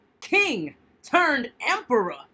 king-turned-emperor